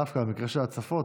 דווקא המקרה של ההצפות.